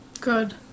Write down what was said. Good